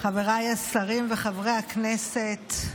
חבריי השרים וחברי הכנסת,